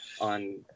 on